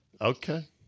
Okay